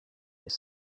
mais